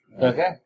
Okay